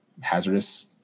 hazardous